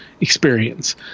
experience